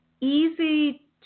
Easy